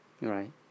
Right